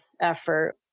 effort